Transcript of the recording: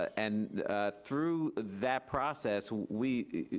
and through that process we,